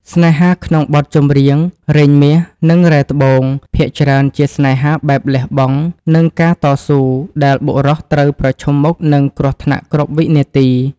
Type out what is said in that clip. ស្នេហាក្នុងបទចម្រៀងរែងមាស និងរ៉ែត្បូង ភាគច្រើនជាស្នេហាបែបលះបង់ និងការតស៊ូ ដែលបុរសត្រូវប្រឈមមុខនឹងគ្រោះថ្នាក់គ្រប់វិនាទី។